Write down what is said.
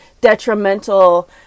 detrimental